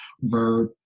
verb